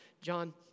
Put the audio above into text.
John